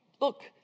Look